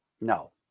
No